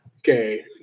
Okay